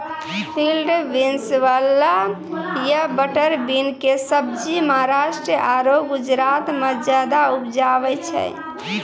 field beans, वाल या butter bean कॅ सब्जी महाराष्ट्र आरो गुजरात मॅ ज्यादा उपजावे छै